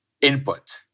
input